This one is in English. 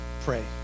pray